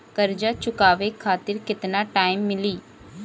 कर्जा चुकावे खातिर केतना टाइम मिली?